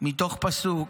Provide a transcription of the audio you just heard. מתוך פסוק,